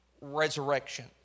resurrection